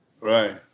Right